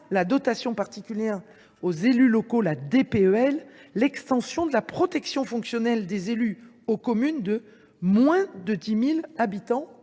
la dotation particulière « élu local » la DPEL , l’extension de la protection fonctionnelle des élus aux communes de moins de 10 000 habitants,